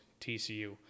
TCU